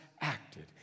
acted